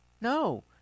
No